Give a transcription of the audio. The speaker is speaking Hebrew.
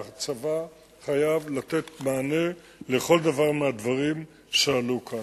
והצבא חייב לתת מענה על כל דבר מהדברים שעלו כאן.